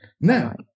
Now